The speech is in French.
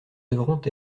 devront